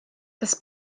das